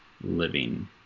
living